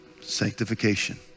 sanctification